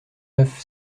neuf